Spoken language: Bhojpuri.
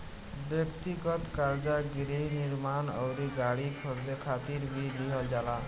ब्यक्तिगत कर्जा गृह निर्माण अउरी गाड़ी खरीदे खातिर भी लिहल जाला